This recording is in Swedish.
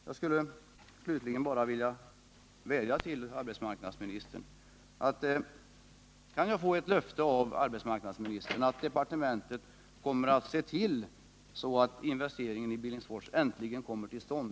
Jag skulle slutligen bara vilja vädja till arbetsmarknadsministern om ett löfte att departementet kommer att se till att investeringen i Billingsfors äntligen kommer till stånd.